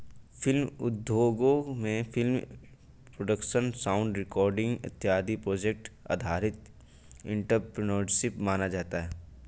film उद्योगों में film production sound recording इत्यादि प्रोजेक्ट आधारित एंटरप्रेन्योरशिप माना जाता है